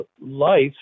life